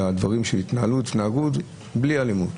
זה "בלי אלימות",